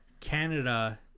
Canada